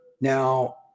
Now